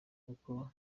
uko